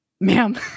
Ma'am